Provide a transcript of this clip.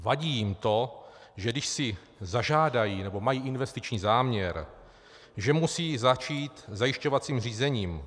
Vadí jim to, že když si zažádají, nebo mají investiční záměr, že musí začít zajišťovacím řízením.